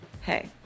Hey